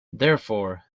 therefore